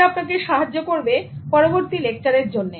এটা আপনাকে সাহায্য করবে পরবর্তী লেকচারের জন্য